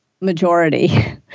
majority